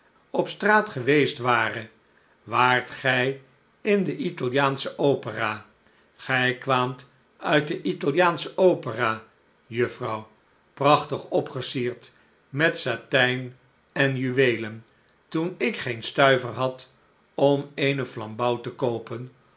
op straat geweest ware waart gij in de italiaansche opera gij kwaamt uit de italiaansche opera juffrouw prachtig opgesierd met satijn en juweelen toen ik geen stuiver had om eene flambouw te koopen